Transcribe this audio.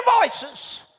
voices